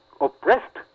oppressed